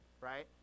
right